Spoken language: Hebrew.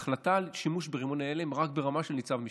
ההחלטה על שימוש ברימוני הלם רק ברמה של ניצב משנה.